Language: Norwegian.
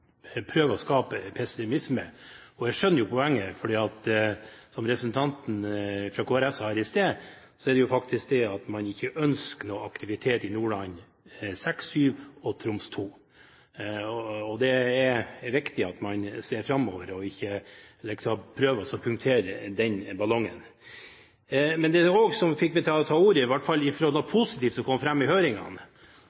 prøver å skape pessimisme. Jeg skjønner poenget, for som representanten fra Kristelig Folkeparti sa her i sted, er det faktisk slik at man ikke ønsker noen aktivitet i Nordland VI og VII og Troms II. Det er viktig at man ser framover og ikke prøver å punktere den ballongen. Men det som også fikk meg til å ta ordet, var noe positivt som i hvert fall kom fram i